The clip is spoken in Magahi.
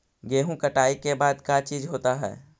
गेहूं कटाई के बाद का चीज होता है?